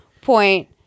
point